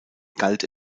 galt